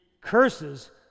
curses